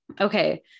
Okay